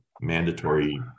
mandatory